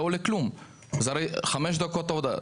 זה לא עולה כלום, זה הרי חמש דקות עבודה.